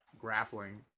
grappling